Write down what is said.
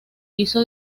hizo